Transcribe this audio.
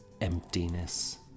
emptiness